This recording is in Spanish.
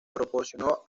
proporcionó